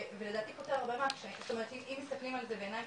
ולדעתי פותר הרבה מהקשיים אם מסתכלים על זה בעיניים